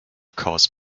caused